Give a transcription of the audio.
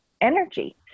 energy